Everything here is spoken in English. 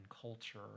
culture